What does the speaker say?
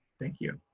thank you.